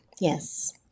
Yes